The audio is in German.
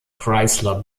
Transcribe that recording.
chrysler